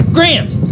Grant